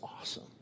awesome